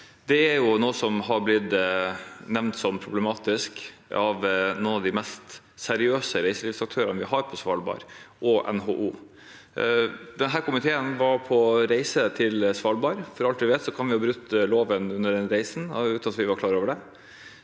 året er noe som har blitt nevnt som problematisk av noen av de mest seriøse reiselivsaktørene vi har på Svalbard, og NHO. Denne komiteen var på reise til Svalbard. For alt vi vet, kan vi ha brutt loven under den reisen, uten at vi var klar over det.